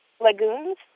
lagoons